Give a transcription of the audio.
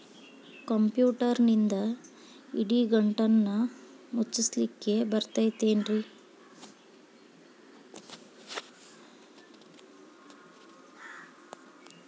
ಕಂಪ್ಯೂಟರ್ನಿಂದ್ ಇಡಿಗಂಟನ್ನ ಮುಚ್ಚಸ್ಲಿಕ್ಕೆ ಬರತೈತೇನ್ರೇ?